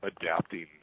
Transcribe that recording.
adapting